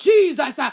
Jesus